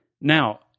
Now